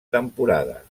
temporada